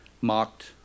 mocked